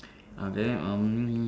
okay um